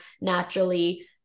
naturally